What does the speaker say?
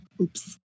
oops